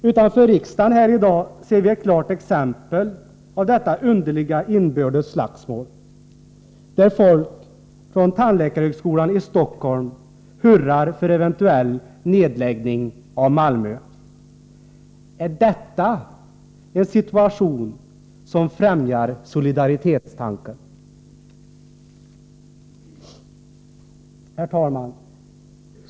Utanför riksdagen ser vi här i dag ett klart exempel på detta underliga inbördes slagsmål, där folk från tandläkarhögskolan i Stockholm hurrar för eventuell nedläggning i Malmö. Är detta en situation som främjar solidaritetstanken? Herr talman!